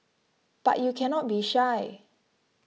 but you cannot be shy